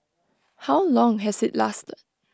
how long has IT lasted